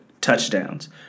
touchdowns